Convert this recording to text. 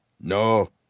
No